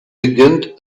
beginnt